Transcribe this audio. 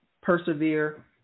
Persevere